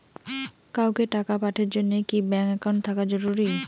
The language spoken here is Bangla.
কাউকে টাকা পাঠের জন্যে কি ব্যাংক একাউন্ট থাকা জরুরি?